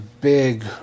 big